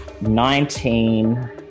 nineteen